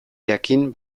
jakin